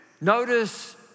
Notice